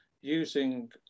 using